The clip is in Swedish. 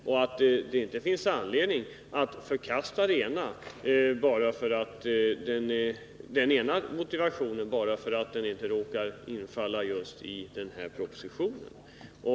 Man bör alltså inte förkasta en del av bedömningsgrunden bara för att den inte råkar falla under den här propositionen.